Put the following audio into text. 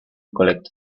collect